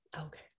Okay